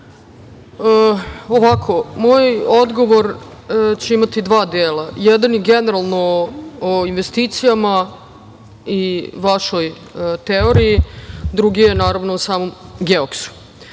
Hvala. Ovako, moj odgovor će imati dva dela. Jedan je generalno o investicijama i vašoj teoriji. Drugi je, naravno, o samom „Geoksu“.Što